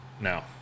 now